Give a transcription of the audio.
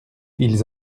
ils